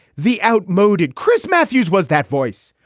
the outmoded. chris matthews was that voice.